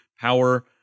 power